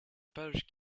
pages